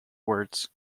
words